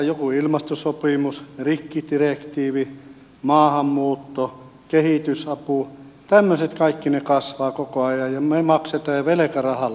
joku ilmastosopimus rikkidirektiivi maahanmuutto kehitysapu tämmöiset kaikki ne kasvavat koko ajan ja me maksamme sitä ja velkarahalla vielä